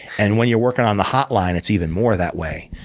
and when you're working on the hot line, it's even more that way,